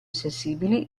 sensibili